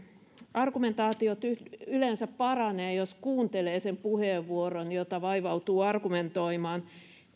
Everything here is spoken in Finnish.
argumentaatiot yleensä paranevat jos kuuntelee sen puheenvuoron jota vaivautuu argumentoimaan